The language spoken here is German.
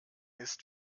ist